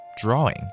drawing